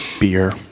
Beer